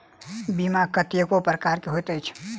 बीमा कतेको प्रकारक होइत अछि